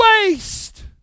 waste